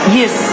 yes